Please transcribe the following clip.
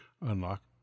unlock